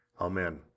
Amen